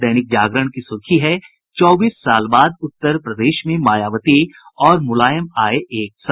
दैनिक जागरण की सुर्खी है चौबीस साल बाद उत्तर प्रदेश में मायावती और मुलायम आए एक साथ